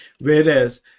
whereas